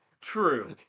true